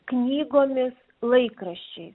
knygomis laikraščiais